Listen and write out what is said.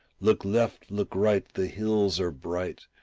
look left, look right, the hills are bright,